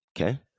Okay